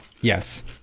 Yes